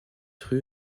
rue